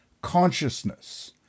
consciousness